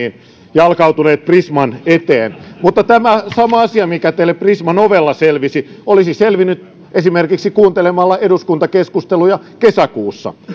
jalkautunut prisman eteen mutta tämä sama asia mikä teille prisman ovella selvisi olisi selvinnyt esimerkiksi kuuntelemalla eduskuntakeskusteluja kesäkuussa